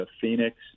Phoenix